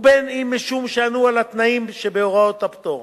ובין אם משום שענו על התנאים שבהוראות הפטור.